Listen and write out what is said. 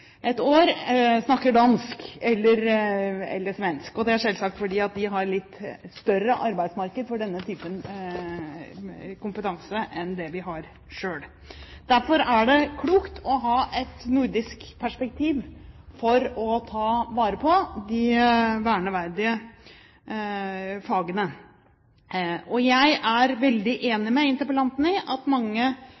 år – snakker dansk eller svensk. Det er selvsagt fordi de har et litt større arbeidsmarked for denne type kompetanse enn det vi har selv. Derfor er det klokt å ha et nordisk perspektiv her for å ta vare på de verneverdige fagene. Jeg er veldig